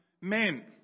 men